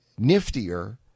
niftier